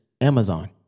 Amazon